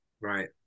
Right